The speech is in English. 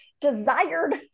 Desired